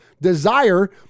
desire